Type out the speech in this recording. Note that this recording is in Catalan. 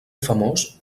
famós